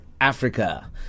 Africa